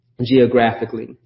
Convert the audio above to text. geographically